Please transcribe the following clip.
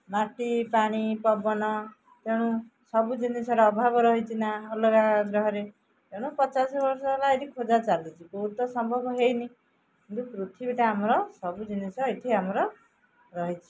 ମାଟି ପାଣି ପବନ ତେଣୁ ସବୁ ଜିନିଷର ଅଭାବ ରହିଛି ନା ଅଲଗା ଗ୍ରହରେ ତେଣୁ ପଚାଶ ବର୍ଷ ହେଲା ଏଇଠି ଖୋଜା ଚାଲିଛି କେଉଁଠି ତ ସମ୍ଭବ ହୋଇନି କିନ୍ତୁ ପୃଥିବୀଟା ଆମର ସବୁ ଜିନିଷ ଏଇଠି ଆମର ରହିଛି